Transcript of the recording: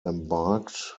embarked